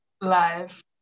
Live